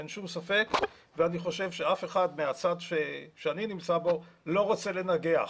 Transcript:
אין שום ספק ואני חושב שאף אחד מהצד שאני נמצא בו לא רוצה לנגח.